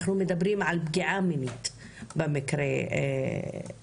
אנחנו מדברים על פגיעה מינית במקרה הזה,